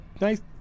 nice